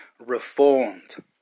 Reformed